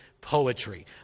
Poetry